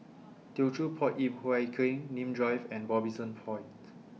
Teochew Poit Ip Huay Kuan Nim Drive and Robinson Point